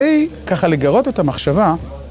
A, ככה לגרות אותה מחשבה.